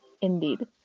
Indeed